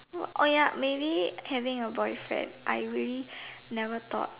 oh ya maybe having a boyfriend I really never thought